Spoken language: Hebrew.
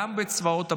גם בצבאות הברית,